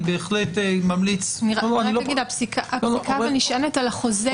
אני בהחלט ממליץ -- אבל הפסיקה נשענת על החוזה,